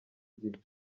gihe